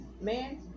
Man